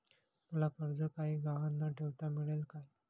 मला कर्ज काही गहाण न ठेवता मिळेल काय?